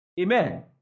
Amen